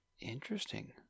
interesting